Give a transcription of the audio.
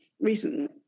recently